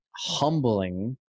humbling